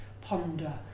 ponder